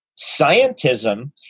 Scientism